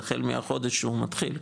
החל מהחודש שהוא מתחיל,